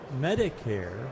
Medicare